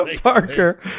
Parker